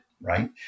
Right